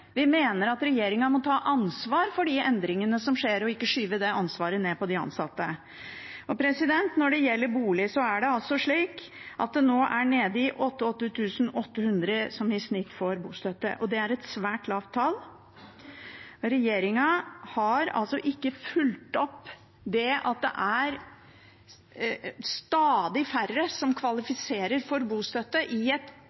Vi mener regjeringen må ta ansvar for de endringene som skjer, og ikke skyve det ansvaret ned på de ansatte. Når det gjelder boligpolitikken, er det nå 88 800 i snitt som får bostøtte. Det er et svært lavt tall. Regjeringen har ikke fulgt opp det at stadig færre kvalifiserer til bostøtte i et boligmarked der prisene har eksplodert de siste årene. Det fortsetter de å gjøre – også prisen på de nybygde boligene, som